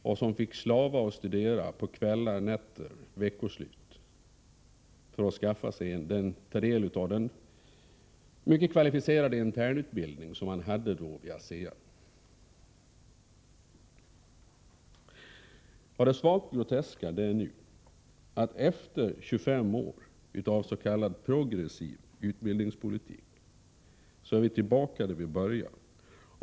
För att kunna ta del av den mycket kvalificerade internutbildning som ASEA hade fick de slava med studier på kvällar och nätter och under veckoslut vid sidan av sitt arbete. Det nästan groteska är att vi nu, efter 25 år av s.k. progressiv utbildningspolitik, är tillbaka där vi började.